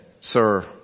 Sir